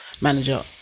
manager